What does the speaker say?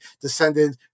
descended